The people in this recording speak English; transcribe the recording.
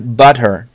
butter